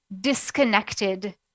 disconnected